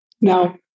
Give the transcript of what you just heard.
Now